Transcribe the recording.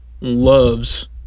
loves